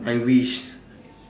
I wish